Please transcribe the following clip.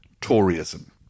Toryism